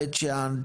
בית שאן,